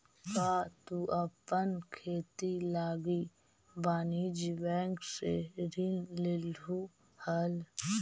का तु अपन खेती लागी वाणिज्य बैंक से ऋण लेलहुं हल?